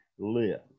live